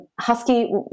Husky